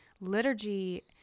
liturgy